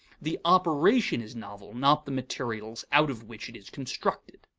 the operation is novel, not the materials out of which it is constructed.